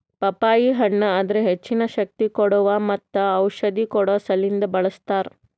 ಪಪ್ಪಾಯಿ ಹಣ್ಣ್ ಅದರ್ ಹೆಚ್ಚಿನ ಶಕ್ತಿ ಕೋಡುವಾ ಮತ್ತ ಔಷಧಿ ಕೊಡೋ ಸಲಿಂದ್ ಬಳ್ಸತಾರ್